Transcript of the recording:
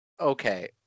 Okay